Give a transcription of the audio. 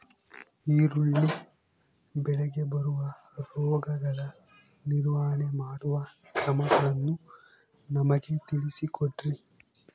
ಈರುಳ್ಳಿ ಬೆಳೆಗೆ ಬರುವ ರೋಗಗಳ ನಿರ್ವಹಣೆ ಮಾಡುವ ಕ್ರಮಗಳನ್ನು ನಮಗೆ ತಿಳಿಸಿ ಕೊಡ್ರಿ?